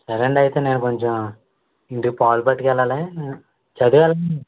సరే అండి అయితే నేను కొంచెం ఇంటికి పాలు పట్టుకెళ్ళాలి చదివెళ్ళండి